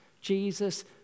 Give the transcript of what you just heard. Jesus